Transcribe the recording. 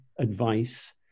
advice